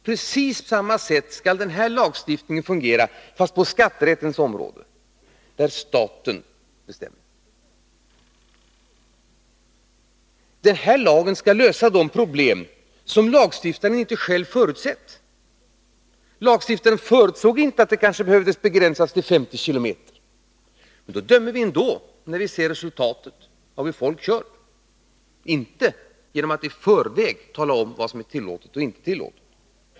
Precis på samma sätt skall denna lagstiftning fungera, fast på skatterättens område, där staten bestämmer. Denna lag skall lösa de problem som lagstiftaren inte själv förutsett. Lagstiftaren förutsåg inte att det kanske behövdes en begränsning till 50 km. Men han dömer ändå, när han ser resultatet av hur folk kör, inte genom att i förväg tala om vad som är tillåtet och inte tillåtet.